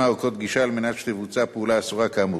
או קוד גישה על מנת שתבוצע פעולה אסורה כאמור.